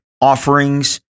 offerings